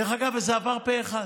דרך אגב, זה עבר פה אחד.